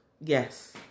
Yes